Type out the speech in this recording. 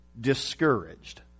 discouraged